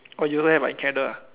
you also have in Canada